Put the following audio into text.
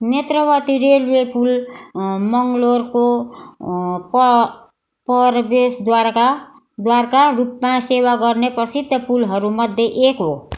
Netravati railway पुल मङ्गलोरको प प्रवेशद्वारका द्वारका रूपमा सेवा गर्ने प्रसिद्ध पुलहरूमध्ये एक हो